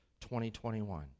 2021